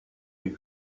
les